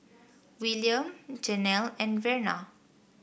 Wiliam Janel and Verna